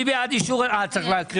תקריא